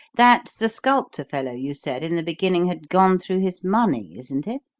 that's the sculptor fellow you said in the beginning had gone through his money, isn't it?